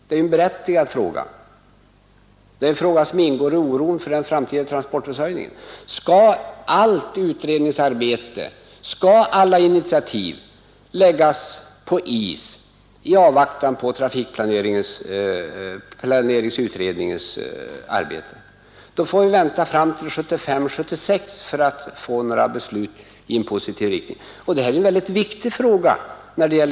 Detta är en berättigad fråga, som orsakas av oron för den framtida transportförsörjningen. Skall allt utredningsarbete och alla initiativ läggas på is i avvaktan på resultatet av trafikplaneringsutredningens arbete? Då får vi vänta fram till år 1975 eller 1976 för att få några beslut i en positiv riktning. Detta är en mycket viktig fråga för glesbygderna.